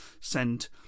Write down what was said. send